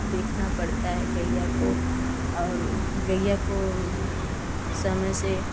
देखना पड़ता है गइया को और गइया को समय से